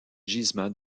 gisements